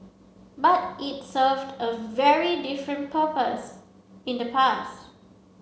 but it served a very different purpose in the past